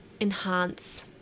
enhance